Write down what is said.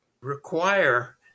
require